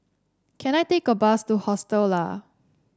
can I take a bus to Hostel Lah